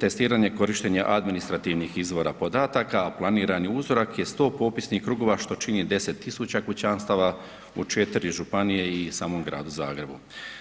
testiranje korištenje administrativnih izvora podataka, a planirani uzorak je 100 popisnih krugova što čini 10.000 kućanstava u 4 županije i samom Gradu Zagrebu.